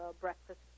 breakfast